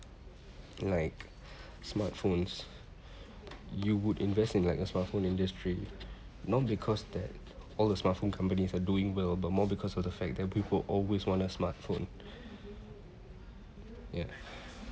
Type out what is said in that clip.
like smartphones you would invest in like a smartphone industry not because that all the smart phone companies are doing well but more because of the fact that people always want a smart phone ya